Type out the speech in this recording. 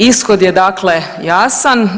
Ishod je dakle jasan.